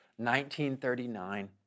1939